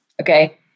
Okay